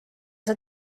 see